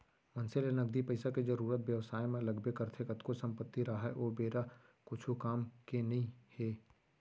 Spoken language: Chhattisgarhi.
मनसे ल नगदी पइसा के जरुरत बेवसाय म लगबे करथे कतको संपत्ति राहय ओ बेरा कुछु काम के नइ हे